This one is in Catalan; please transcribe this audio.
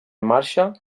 marxa